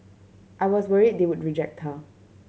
I was worried they would reject her